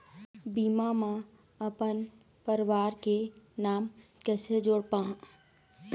बीमा म अपन परवार के नाम कैसे जोड़ पाहां?